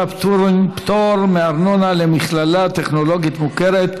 (פטורין) (פטור מארנונה למכללה טכנולוגית מוכרת),